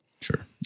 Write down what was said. Sure